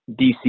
DC